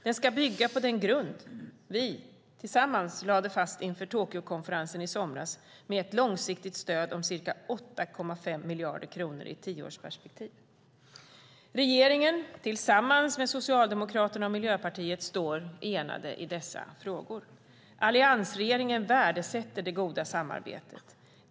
Den ska bygga på den grund vi tillsammans lade fast inför Tokyokonferensen i somras med ett långsiktigt stöd om ca 8,5 miljarder kronor i ett tioårsperspektiv. Regeringen tillsammans med Socialdemokraterna och Miljöpartiet står enade i dessa frågor. Alliansregeringen värdesätter det goda samarbetet.